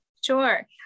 Sure